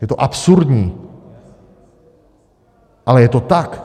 Je to absurdní, ale je to tak.